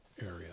area